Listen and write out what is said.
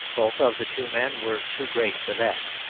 both of the two men were too great for that.